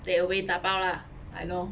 takeaway tapao lah I know